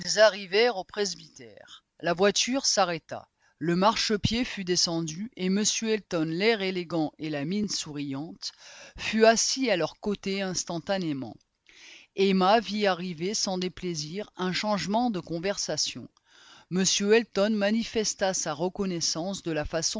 arrivèrent au presbytère la voiture s'arrêta le marchepied fut descendu et m elton l'air élégant et la mine souriante fut assis à leur côté instantanément emma vit arriver sans déplaisir un changement de conversation m elton manifesta sa reconnaissance de la